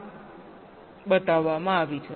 1 બતાવવામાં આવી છે